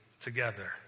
together